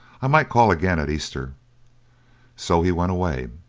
i might call again at easter so he went away.